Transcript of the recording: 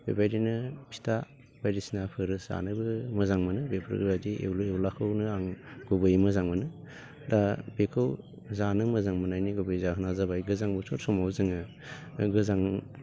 बेबायदिनो फिथा बायदिसिनाफोरो जानोबो मोजां मोनो बेफोरबायदि एवलु एवलाखौनो आं गुबैयै मोजां मोनो दा बेखौ जानो मोजां मोननायनि गुबै जाहोना जाबाय गोजां बोथोर समाव जोङो गोजांब्ला